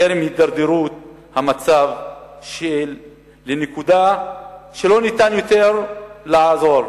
טרם הידרדרות המצב לנקודה שבה לא ניתן יותר לעזור,